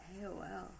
AOL